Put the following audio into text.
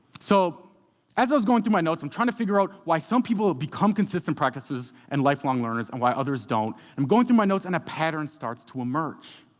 so as i was going through my notes and trying to figure out why some people have become consistent practicers and lifelong learners and other's don't, i'm going through my notes, and a pattern starts to emerge.